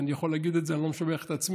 אני יכול להגיד את זה, אני לא משבח את עצמי.